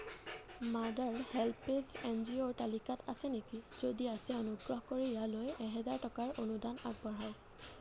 mother HelpAge এনজিঅ'ৰ তালিকাত আছে নেকি যদি আছে অনুগ্ৰহ কৰি ইয়ালৈ এহেজাৰ টকাৰ অনুদান আগবঢ়াওক